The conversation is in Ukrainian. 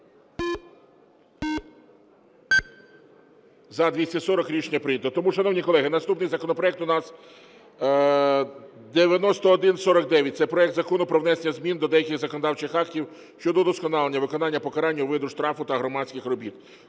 За-240 Рішення прийнято. Тому, шановні колеги, наступний законопроект у нас 9149. Це проект Закону про внесення змін до деяких законодавчих актів щодо удосконалення виконання покарання у виді штрафу та громадських робіт.